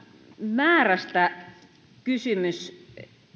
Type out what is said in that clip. määrästä